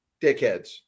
dickheads